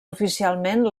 oficialment